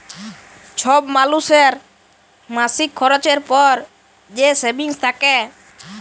ছব মালুসের মাসিক খরচের পর যে সেভিংস থ্যাকে